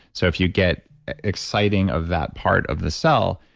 so if you get exciting of that part of the cell,